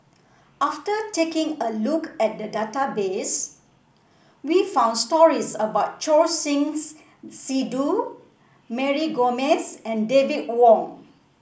after taking a look at the database we found stories about Choor Singh Sidhu Mary Gomes and David Wong